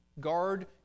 Guard